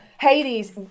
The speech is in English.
Hades